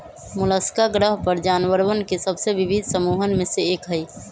Mollusca ग्रह पर जानवरवन के सबसे विविध समूहन में से एक हई